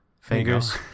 Fingers